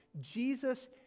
Jesus